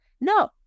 No